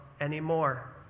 anymore